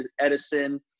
Edison